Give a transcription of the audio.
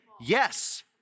Yes